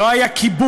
לא היה כיבוש,